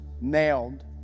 nailed